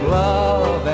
love